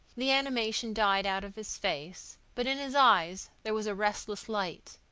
the animation died out of his face, but in his eyes there was a restless light,